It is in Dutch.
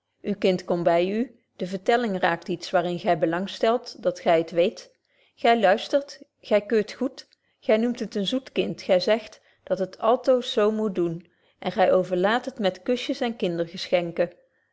kind komt by u de vertelling raakt iets waar in gy belang stelt dat gy het weet gy luistert gy keurt goed gy noemt het een zoet kind gy zegt dat het altoos zo doen moet en gy overlaadt het met kusjes en